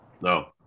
No